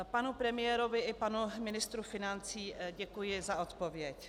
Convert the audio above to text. Panu premiérovi i panu ministru financí děkuji za odpověď.